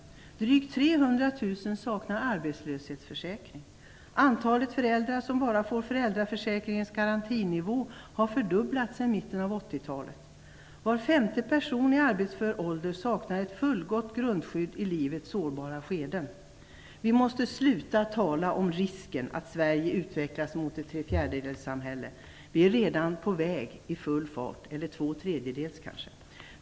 Drygt 300 000 saknar arbetslöshetsförsäkring. Antalet föräldrar som bara får föräldraförsäkringens garantinivå har fördubblats sedan mitten av 80-talet. Var femte person i arbetsför ålder saknar ett fullgott grundskydd i livets sårbara skeden. Vi måste sluta tala om "risken" att Sverige utvecklas mot ett trefjärdedelssamhälle. Vi är redan på väg i full fart mot det - eller ett tvåtredjedels kanske.